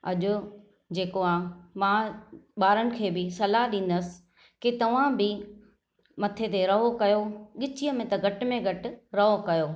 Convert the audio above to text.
अॼु जेको आहे मां ॿारनि खे बि सलाह ॾींदसि की तव्हां बि मथे ते रओ कयो गिचीअ में त घटि में घटि रओ कयो